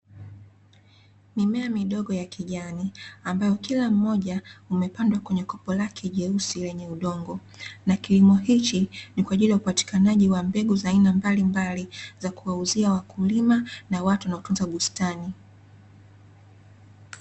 Mimea midogo ya kijani, ambayo kila mmoja umepandwa kwenye kopo lake jeusi lenye udongo. Na kilimo hichi ni kwa ajili ya upatikanaje wa mbegu za aina mbalimbali za kuwauzia wakulima na watu wanaotunza bustani.